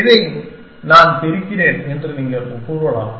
இதை நான் பிரிக்கிறேன் என்று நீங்கள் கூறலாம்